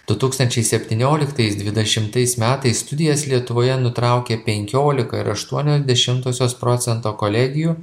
du tūkstančiai septynioliktais dvidešimtais metais studijas lietuvoje nutraukė penkiolika ir aštuonios dešimtosios procento kolegijų